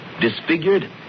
disfigured